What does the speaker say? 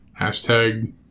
Hashtag